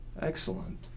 Excellent